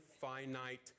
finite